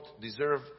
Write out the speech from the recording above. deserve